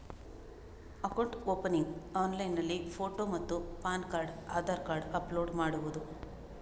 Account opening ಆನ್ಲೈನ್ನಲ್ಲಿ photo ಮತ್ತು PAN card Aadhaar card upload ಮಾಡುವುದು?